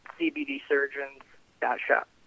cbdsurgeons.shop